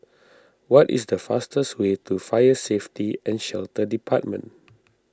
what is the fastest way to Fire Safety and Shelter Department